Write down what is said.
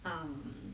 um